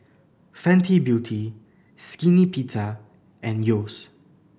Fenty Beauty Skinny Pizza and Yeo's